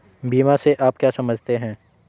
बीमा से आप क्या समझते हैं?